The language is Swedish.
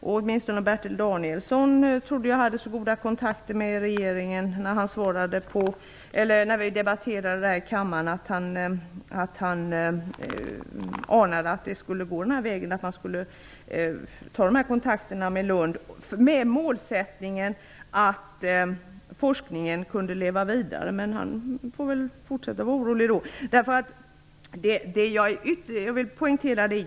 När vi debatterade detta ärende i kammaren, trodde jag att åtminstone Bertil Danielsson hade så goda kontakter med regeringen, att han anade att det skulle gå denna väg och att man skulle ta kontakt med Lund med målet att forskningen skulle kunna leva vidare. Men han får väl fortsätta att vara orolig.